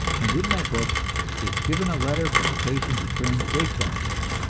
and in my book is given a letter from a patient who claimed great benefit.